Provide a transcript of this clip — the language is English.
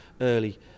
early